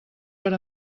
per